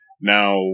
Now